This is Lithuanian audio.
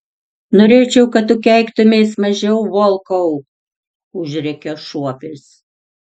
norėčiau kad tu keiktumeis mažiau volkau užrėkė šuopis